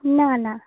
না না